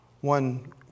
one